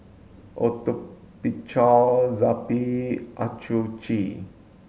Atopiclair Zappy Accucheck